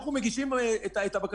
אנחנו נמצאים במשבר